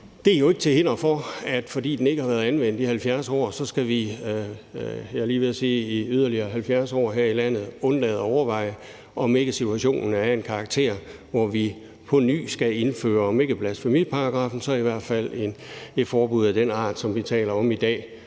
Det er jo ikke sådan, at fordi den ikke har været anvendt i 70 år, skal vi, jeg er lige ved at sige, i yderligere 70 år her i landet undlade at overveje, om ikke situationen er af en karakter, hvor vi på ny skal indføre om ikke blasfemiparagraffen så i hvert fald et forbud af den art, som vi taler om i dag.